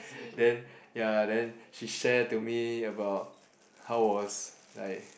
then ya then she share to me about how was like